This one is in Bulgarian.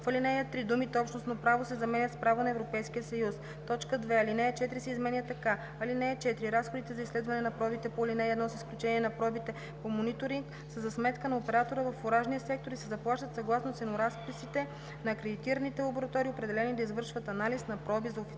В ал. 3 думите „общностно право“ се заменят с „право на Европейския съюз“. 2. Алинея 4 се изменя така: „(4) Разходите за изследване на пробите по ал. 1, с изключение на пробите по мониторинг, са за сметка на оператора във фуражния сектор и се заплащат съгласно ценоразписите на акредитираните лаборатории, определени да извършват анализ на проби за официален